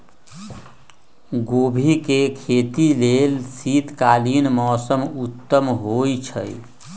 गोभी के खेती लेल शीतकालीन मौसम उत्तम होइ छइ